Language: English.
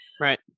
Right